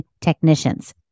Technicians